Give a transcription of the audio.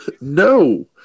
No